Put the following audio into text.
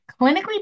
clinically